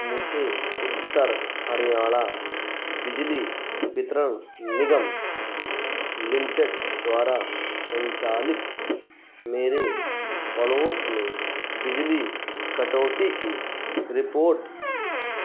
मुझे उत्तर हरियाणा बिजली वितरण निगम लिमिटेड द्वारा संचालित मेरे पड़ोस में बिजली कटौती की रिपोर्ट